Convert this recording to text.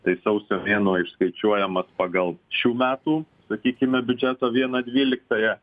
tai sausio mėnuo išskaičiuojamas pagal šių metų sakykime biudžeto vieną dvyliktąją